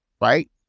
right